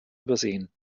übersehen